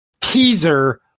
teaser